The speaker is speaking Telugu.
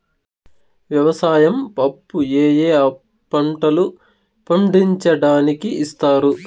వ్యవసాయం అప్పు ఏ ఏ పంటలు పండించడానికి ఇస్తారు?